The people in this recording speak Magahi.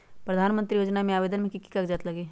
प्रधानमंत्री योजना में आवेदन मे की की कागज़ात लगी?